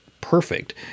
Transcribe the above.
perfect